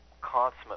consummate